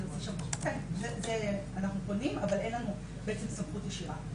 אנחנו פונים אבל אין לנו בעצם סמכות ישירה.